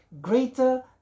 Greater